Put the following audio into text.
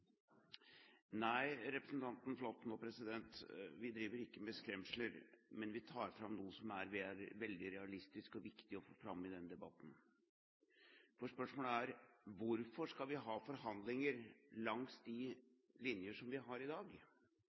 Nei, representanten Flåtten og president, vi driver ikke med skremsler, men vi tar fram noe som er veldig realistisk og viktig å få fram i denne debatten. Spørsmålet er: Hvorfor skal vi ha forhandlinger langs de linjer som vi har i dag?